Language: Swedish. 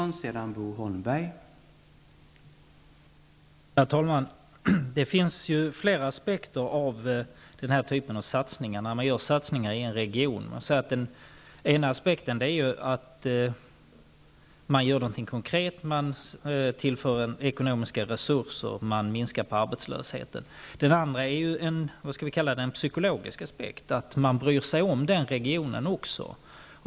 Herr talman! Det finns flera aspekter på den här typen av satsningar, när man gör satsningar i en region. En aspekt är att man gör något konkret, att man tillför ekonomiska resurser och minskar arbetslösheten. En annan aspekt skulle kunna kallas psykologisk. Man visar att man bryr sig om också den regionen.